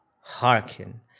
Hearken